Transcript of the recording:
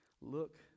Look